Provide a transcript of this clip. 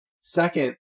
Second